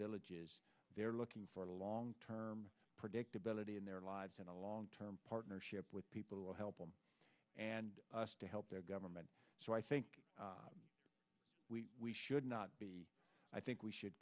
villages they're looking for long term predictability in their lives and a long term partnership with people will help them and us to help their government so i think we should not be i think we should